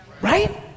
right